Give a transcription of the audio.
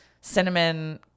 cinnamon